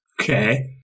Okay